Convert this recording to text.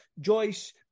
Joyce